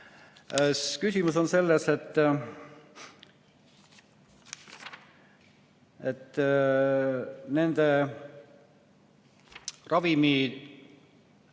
Küsimus on selles, et nende ravimite